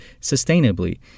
sustainably